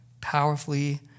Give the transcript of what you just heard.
powerfully